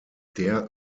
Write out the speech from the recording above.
der